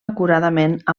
acuradament